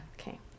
Okay